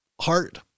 heart